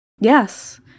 Yes